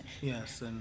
Yes